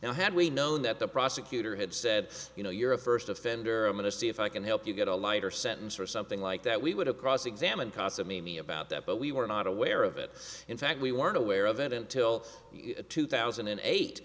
and i had we known that the prosecutor had said you know you're a first offender i'm going to see if i can help you get a lighter sentence or something like that we would have cross examined kasumi about that but we were not aware of it in fact we weren't aware of it until two thousand and eight